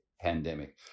pandemic